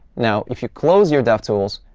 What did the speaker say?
now, if you close your devtools,